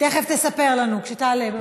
תכף תספר לנו, כשתעלה.